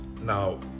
now